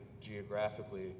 geographically